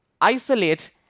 isolate